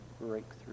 breakthrough